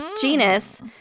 Genus